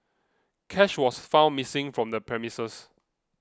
cash was found missing from the premises